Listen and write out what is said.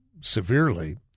severely